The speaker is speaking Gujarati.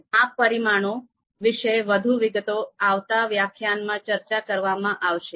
આ પરિમાણો વિશે વધુ વિગતો આવતા વ્યાખ્યાનોમાં ચર્ચા કરવામાં આવશે